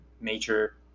major